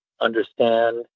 understand